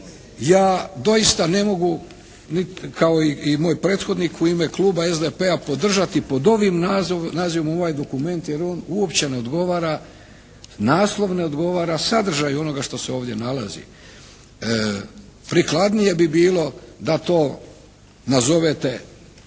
ja doista ne mogu kao i moj prethodnik u ime kluba SDP-a podržati pod ovim nazivom ovaj dokument jer on uopće ne odgovara naslov ne odgovara sadržaju onoga što se ovdje nalazi. Prikladnije bi bilo da to nazovete